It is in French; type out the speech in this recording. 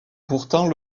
pourtant